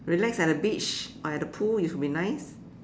relax at the beach or at the pool you should be nice